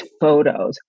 photos